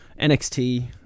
nxt